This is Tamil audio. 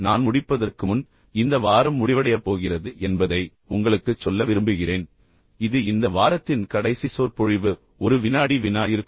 நான் முடிப்பதற்கு முன் இந்த வாரம் முடிவடையப் போகிறது என்பதை உங்களுக்குச் சொல்ல விரும்புகிறேன் இது இந்த வாரத்தின் கடைசி சொற்பொழிவு ஒரு வினாடி வினா இருக்கும்